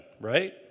right